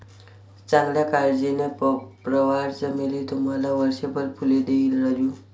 चांगल्या काळजीने, प्रवाळ चमेली तुम्हाला वर्षभर फुले देईल राजू